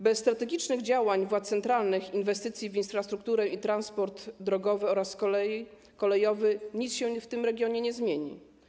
Bez strategicznych działań władz centralnych, inwestycji w infrastrukturę i transport drogowy oraz kolejowy nic się w tym regionie nie zmieni.